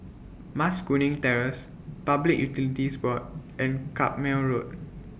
Mas Kuning Terrace Public Utilities Board and Carpmael Road